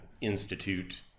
institute